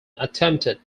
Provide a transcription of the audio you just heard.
attempted